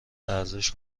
ارزش